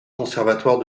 conservatoire